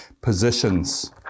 positions